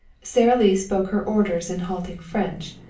sara lee spoke her orders in halting french,